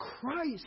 Christ